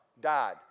died